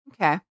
Okay